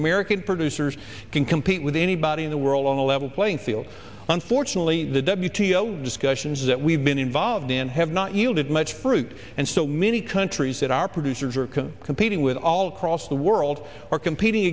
american producers can compete with anybody in the world on a level playing field unfortunately the deputy discussions that we've been involved in have not yielded much fruit and so many countries that our producer can competing with all across the world are competing